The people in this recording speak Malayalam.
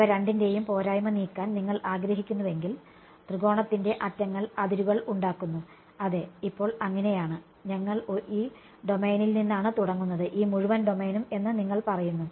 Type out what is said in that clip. ഇവ രണ്ടിന്റെയും പോരായ്മ നീക്കാൻ നിങ്ങൾ ആഗ്രഹിക്കുന്നുവെങ്കിൽ ത്രികോണത്തിന്റെ അറ്റങ്ങൾ അതിരുകൾ ഉണ്ടാക്കുന്നു അതെ ഇപ്പോൾ അങ്ങനെയാണ് ഞങ്ങൾ ഈ ഡൊമെയ്നിൽ നിന്നാണ് തുടങ്ങുന്നത് ഈ മുഴുവൻ ഡൊമെയ്നും എന്ന് നിങ്ങൾ പറയുന്നു